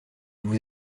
vous